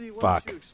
Fuck